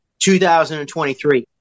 2023